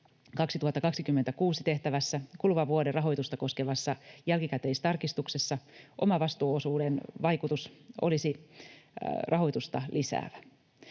2026 tehtävässä kuluvan vuoden rahoitusta koskevassa jälkikäteistarkistuksessa omavastuuosuuden vaikutus olisi rahoitusta lisäävä.